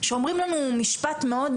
שאומרים לנו משפט מאוד